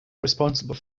responsible